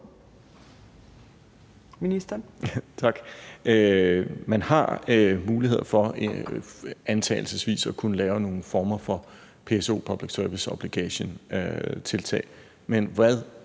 Man har antagelsesvis mulighed for at kunne lave nogle former for PSO, Public Service Obligation-tiltag.